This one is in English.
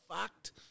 fucked